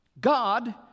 God